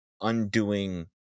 undoing